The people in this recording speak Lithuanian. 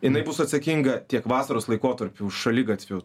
jinai bus atsakinga tiek vasaros laikotarpiuuž šaligatvių